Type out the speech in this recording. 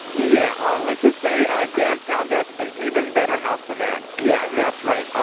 yeah ah let's just say, dan found us an even better house than that. yeah, that's right.